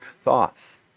thoughts